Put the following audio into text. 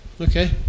okay